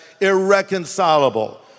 irreconcilable